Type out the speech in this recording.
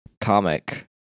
comic